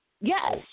Yes